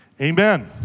Amen